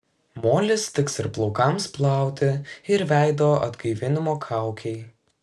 molis tiks ir plaukams plauti ir veido atgaivinimo kaukei